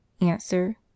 Answer